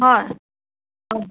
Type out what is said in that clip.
হয়